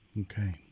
Okay